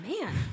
Man